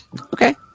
Okay